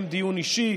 לקיים דיון אישי.